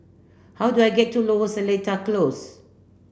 how do I get to Lower Seletar Close